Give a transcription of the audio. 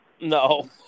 No